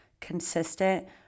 consistent